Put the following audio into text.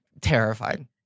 terrified